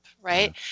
right